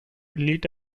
lit